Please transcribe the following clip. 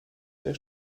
der